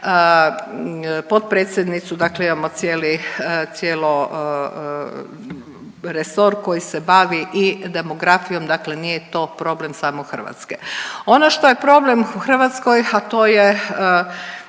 potpredsjednicu, dakle imamo cijeli resor koji se bavi i demografijom. Dakle, nije to problem samo Hrvatske. Ono što je problem u Hrvatskoj, a to je